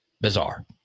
bizarre